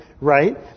right